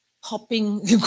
Hopping